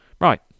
Right